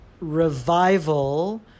revival